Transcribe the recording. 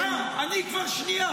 אני כבר בשנייה?